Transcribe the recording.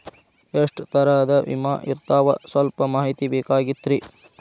ಎಷ್ಟ ತರಹದ ವಿಮಾ ಇರ್ತಾವ ಸಲ್ಪ ಮಾಹಿತಿ ಬೇಕಾಗಿತ್ರಿ